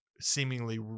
seemingly